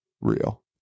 real